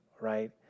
right